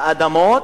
האדמות,